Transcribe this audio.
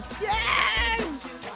yes